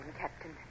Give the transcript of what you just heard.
Captain